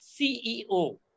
CEO